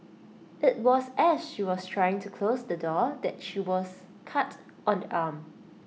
IT was as she was trying to close the door that she was cut on the arm